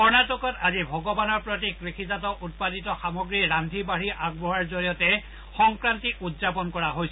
কৰ্ণাটকত আজি ভগৱানৰ প্ৰতি কৃষিজাত উৎপাদিত সামগ্ৰী ৰাদ্ধি বাঢ়ি আগবঢ়োৱাৰ জৰিয়তে সংক্ৰান্তি উদযাপন কৰা হৈছে